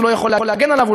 הוא לא יכול להגן עליו,